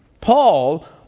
Paul